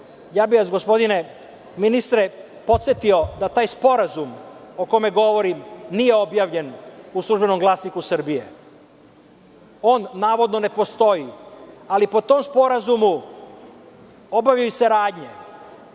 ocene. Gospodine ministre, podsetio bih vas da taj sporazum o kojem govorim nije objavljen u „Službenom glasniku“ Srbije. On navodno ne postoji, ali po tom sporazumu obavljaju se radnje.